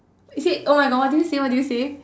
you say oh my God what did you say what did you say